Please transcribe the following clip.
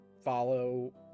follow